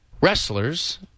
wrestlers